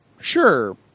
Sure